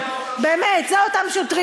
אותם שוטרים